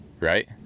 Right